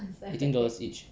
eighteen dollar each